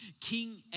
King